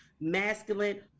masculine